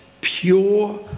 pure